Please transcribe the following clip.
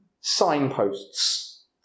signposts